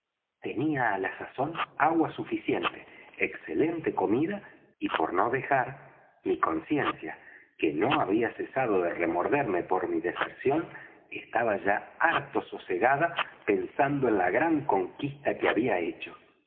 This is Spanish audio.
tenía á la sazón agua suficiente excelente comida y por no dejar mi conciencia que no había cesado de remorderme por mi deserción estaba ya harto sosegada pensando en la gran conquista que había hecho